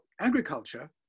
agriculture